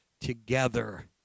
together